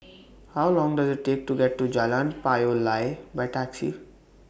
How Long Does IT Take to get to Jalan Payoh Lai By Taxi